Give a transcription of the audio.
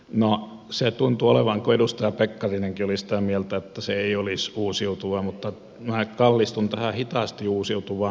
no se tuntuu olevan kun edustaja pekkarinenkin oli sitä mieltä että se ei olisi uusiutuva mutta minä kallistun tähän hitaasti uusiutuvaan